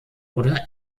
oder